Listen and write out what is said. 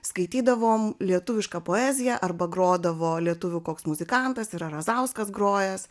skaitydavom lietuvišką poeziją arba grodavo lietuvių koks muzikantas yra razauskas grojęs